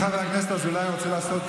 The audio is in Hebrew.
אזולאי,